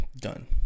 Done